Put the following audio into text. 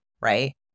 right